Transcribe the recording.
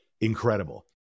incredible